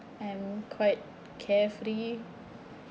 I'm quite carefree